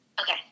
Okay